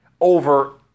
over